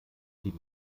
sie